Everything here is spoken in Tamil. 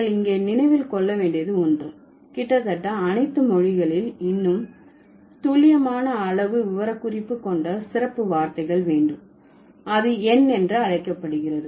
நீங்கள் இங்கே நினைவில் கொள்ள வேண்டியது ஒன்று கிட்டத்தட்ட அனைத்து மொழிகளில் இன்னும் துல்லியமான அளவு விவரக்குறிப்பு கொண்ட சிறப்பு வார்த்தைகள் வேண்டும் அது எண் என்று அழைக்கப்படுகிறது